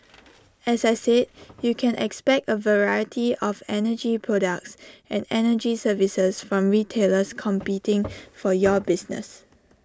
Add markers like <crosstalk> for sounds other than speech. <noise> as I said you can expect A variety of energy products and energy services from retailers competing for your business